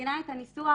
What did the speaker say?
מקצינה את הניסוח,